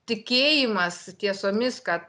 tikėjimas tiesomis kad